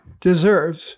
deserves